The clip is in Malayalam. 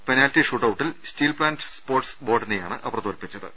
പെനാൽറ്റി ഷൂട്ടൌട്ടിൽ സ്റ്റീൽപ്പാന്റ് സ്പോർട്സ് ബോർഡിനെയാണ് അവർ തോൽപ്പിച്ചത്